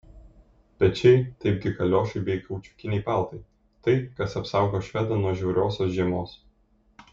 pečiai taipgi kaliošai bei kaučiukiniai paltai tai kas apsaugo švedą nuo žiauriosios žiemos